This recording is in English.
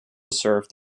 served